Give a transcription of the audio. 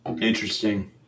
Interesting